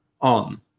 on